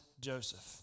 Joseph